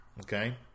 okay